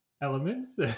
elements